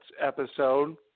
episode